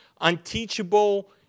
Unteachable